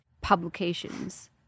publications